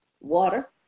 Water